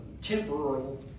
temporal